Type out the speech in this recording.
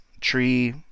tree